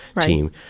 team